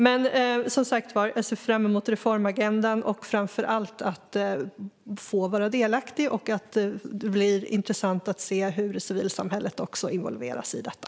Men jag ser som sagt fram emot reformagendan, och framför allt ser jag fram emot att få vara delaktig. Det blir intressant att se hur också civilsamhället involveras i detta.